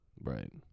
Right